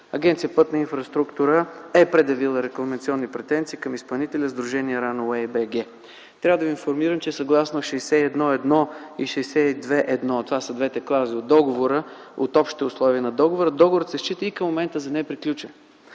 Агенция „Пътна инфраструктура” е предявила рекламационни претенции към изпълнителя – Сдружение „Рънауей БГ”. Трябва да ви информирам, че съгласно 61-1 и 62-1 – това са двете клаузи от договора, от общите условия на договора, договорът се счита и към момента за неприключен.